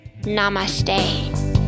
namaste